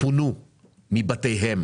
פונו מבתיהם